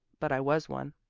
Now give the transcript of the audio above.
but i was one.